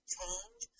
change